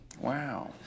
Wow